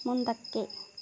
ಮುಂದಕ್ಕೆ